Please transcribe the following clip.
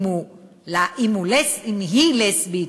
אם היא לסבית,